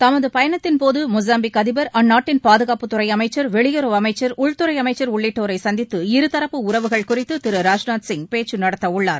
தமது பயணத்தின்போது மொசாம்பிக் அதிபர் அந்நாட்டின் பாதுகாப்புத்துறை அமைச்சர் வெளியுறவு அமைச்சர் உள்துறை அமைச்சர் உள்ளிட்டோரை சந்தித்து இருதரப்பு உறவுகள் குறித்து திரு ராஜ்நாத் சிங் பேச்க நடத்தவுள்ளார்